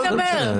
נכון?